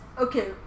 okay